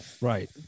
Right